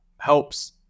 helps